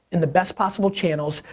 in the best possible channels,